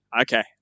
Okay